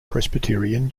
presbyterian